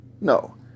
No